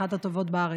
אחת הטובות בארץ?